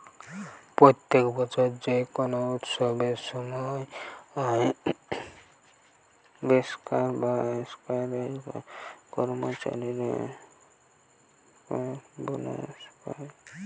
প্রত্যেক বছর যে কোনো উৎসবের সময় বেঙ্কার্স বা বেঙ্ক এর কর্মচারীরা বেঙ্কার্স বোনাস পায়